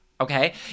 okay